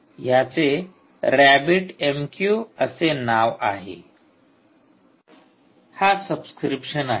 याचे rabbit M Q असे नाव आहे हा सबस्क्रीप्शन आहे